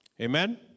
Amen